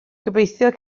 gobeithio